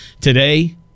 today